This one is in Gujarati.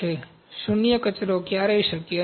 શૂન્ય કચરો ક્યારેય શક્ય નથી